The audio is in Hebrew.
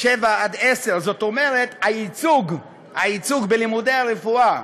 7 10. זאת אומרת, הייצוג בלימודי הרפואה